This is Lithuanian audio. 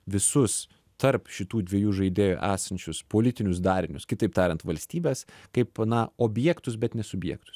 visus tarp šitų dviejų žaidėjų esančius politinius darinius kitaip tariant valstybes kaip na objektus bet ne subjektus